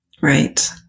Right